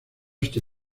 este